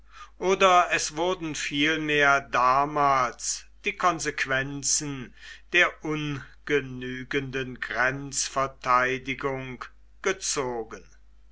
oder es wurden vielmehr damals die konsequenzen der ungenügenden grenzverteidigung gezogen